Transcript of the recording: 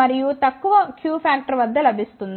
మరియు తక్కువ Q factor వద్ద వస్తుంది